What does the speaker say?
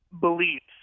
beliefs